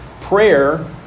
Prayer